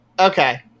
Okay